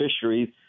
fisheries